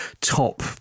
top